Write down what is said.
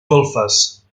golfes